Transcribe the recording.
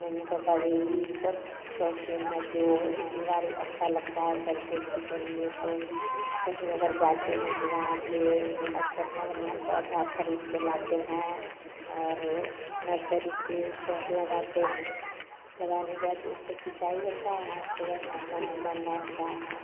mummy papa भी भी सब शौकीन है जो फुलवारी अच्छा लगता है सेल्फी उल्फी के लिए तो कहीं अगर जाते हैं तो वहाँ से तो बढ़ियाँ बढ़ियाँ पौधा खरीद के लाते हैं और नर्सरी से उसके बाद लगाते हैं लगाने के बाद उसको सिंचाई होता है सुबह शाम पानी डालना होता है